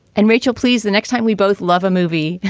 and rachel, please, the next time we both love a movie,